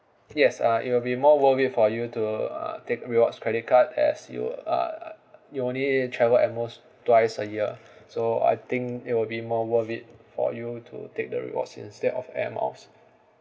yes uh it will be more worth it for you to uh take rewards credit card as you uh you only travel at most twice a year so I think it will be more worth it for you to take the rewards instead of Air Miles